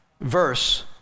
verse